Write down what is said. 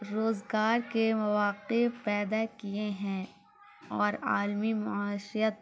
روزگار کے مواقع پیدا کیے ہیں اور عالمی معاشیت